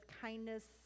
kindness